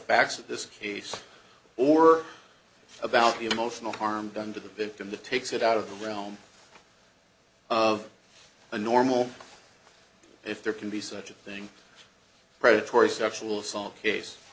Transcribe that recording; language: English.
of this case or about the emotional harm done to the victim the takes it out of the realm of a normal if there can be such a thing predatory sexual assault case